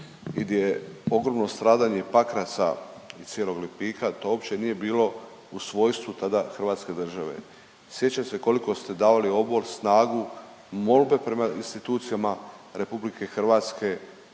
i gdje je ogromno stradanje Pakraca i cijelog Lipika, to uopće nije bilo u svojstvu tada hrvatske države, sjećam se koliko ste davali obol, snagu, molbe prema institucijama RH, koliko je